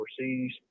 overseas